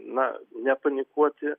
na nepanikuoti